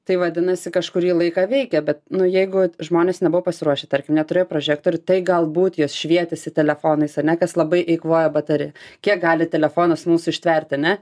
tai vadinasi kažkurį laiką veikė bet nu jeigu žmonės nebuvo pasiruošę tarkim neturėjo prožektorių tai galbūt jos švietėsi telefonais ar ne kas labai eikvoja bateriją kiek gali telefonas mums ištverti ane